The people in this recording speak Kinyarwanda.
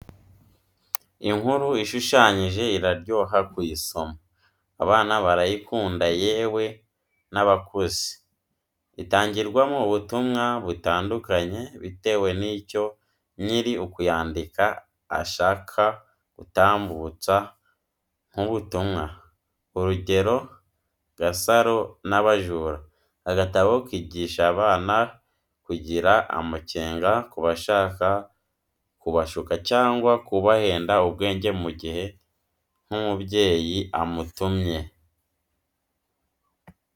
Inkuru ishushanije iraryoha kuyisoma, abana barayikunda yewe n'abakuze. Itangirwamo ubutumwa butandukanye bitewe nicyo nyiri ukuyandika ashaka gutambutsa nk'ubutumwa. Urugero "GASARO N'ABAJURA" aka gatabo kigisha abana kugira amacyenga ku bashaka kubashuka cyangwa kubahenda ubwenge mu gihe nk'umubyeyi amutumye.